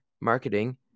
marketing